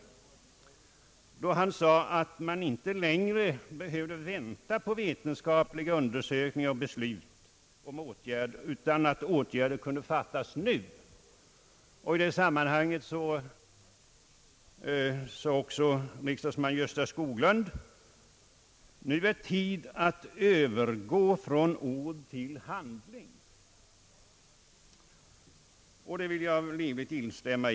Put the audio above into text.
Han sade då, att man inte längre behöver vänta på vetenskapliga undersökningar och beslut om åtgärder utan att åtgärderna kunde vidtas ändå. I det här sammanhanget har också riksdagsman Gösta Skoglund uttalat, att tiden nu är inne att övergå från ord till handling. Också däri vill jag livligt instämma.